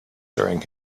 during